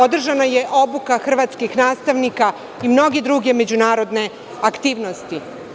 Održana je obuka hrvatskih nastavnika i mnoge druge međunarodne aktivnosti.